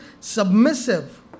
submissive